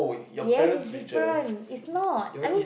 yes is different is not I mean